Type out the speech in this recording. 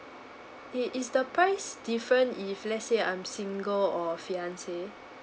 it is the price different if let's say I'm single or fiancé